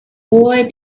boy